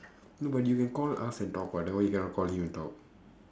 no but you can call us and talk [what] then why he cannot call you and talk